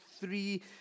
three